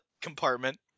compartment